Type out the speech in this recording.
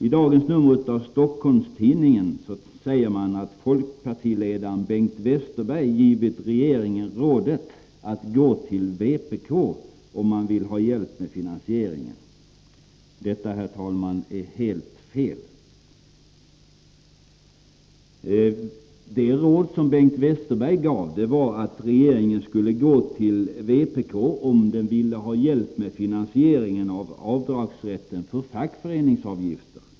I dagens nummer av Stockholms-Tidningen säger man att folkpartiledaren Bengt Westerberg givit regeringen rådet att gå till vpk om den vill ha hjälp med finansieringen. Detta, herr talman, är helt fel. Det råd Bengt Westerberg gav var att regeringen skulle gå till vpk om den ville ha hjälp med finansieringen av avdragsrätten för fackföreningsavgifter.